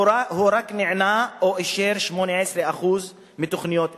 נענה או אישר רק 18% מתוכניות אלה.